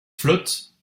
flotte